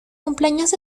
cumpleaños